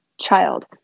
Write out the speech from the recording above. child